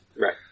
Right